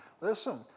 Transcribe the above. Listen